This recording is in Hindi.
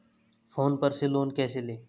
फोन पर से लोन कैसे लें?